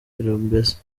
mbese